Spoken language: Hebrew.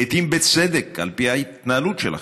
לעיתים בצדק, על פי ההתנהלות שלכם,